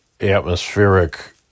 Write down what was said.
atmospheric